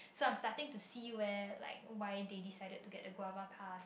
so I'm starting to see where like why they decided to get the guava pass